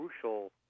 crucial